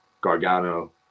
Gargano